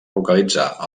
localitzar